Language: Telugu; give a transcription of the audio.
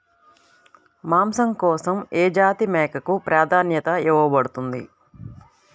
మాంసం కోసం ఏ జాతి మేకకు ప్రాధాన్యత ఇవ్వబడుతుంది?